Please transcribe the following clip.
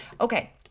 Okay